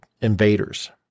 invaders